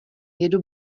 jedu